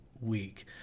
week